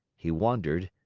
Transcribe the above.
he wondered,